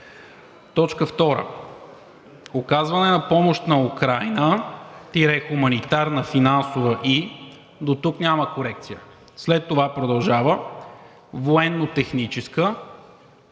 „т. 2. Оказване на помощ за Украйна – хуманитарна, финансова и…“. Дотук няма корекция. След това продължава: „военно-техническа,